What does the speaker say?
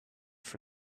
for